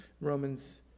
Romans